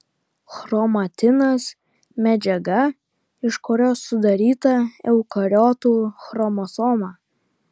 chromatinas medžiaga iš kurios sudaryta eukariotų chromosoma